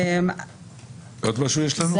יש לנו עוד משהו?